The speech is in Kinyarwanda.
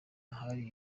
ahari